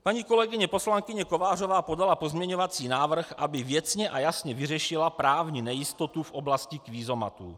Paní kolegyně poslankyně Kovářová podala pozměňovací návrh, aby věcně a jasně vyřešila právní nejistotu v oblasti kvízomatů.